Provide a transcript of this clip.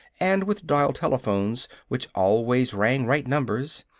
and with dial telephones which always rang right numbers,